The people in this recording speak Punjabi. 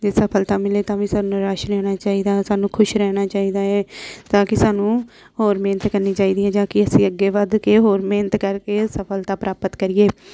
ਜੇ ਅਸਫਲਤਾ ਮਿਲੇ ਤਾਂ ਵੀ ਸਾਨੂੰ ਨਿਰਾਸ਼ ਨਹੀਂ ਹੋਣਾ ਚਾਹੀਦਾ ਸਾਨੂੰ ਖੁਸ਼ ਰਹਿਣਾ ਚਾਹੀਦਾ ਏ ਤਾਂ ਕਿ ਸਾਨੂੰ ਹੋਰ ਮਿਹਨਤ ਕਰਨੀ ਚਾਹੀਦੀ ਹੈ ਜਾਂ ਕਿ ਅਸੀਂ ਅੱਗੇ ਵੱਧ ਕੇ ਹੋਰ ਮਿਹਨਤ ਕਰਕੇ ਸਫਲਤਾ ਪ੍ਰਾਪਤ ਕਰੀਏ